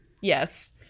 yes